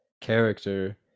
character